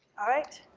alright.